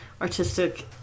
artistic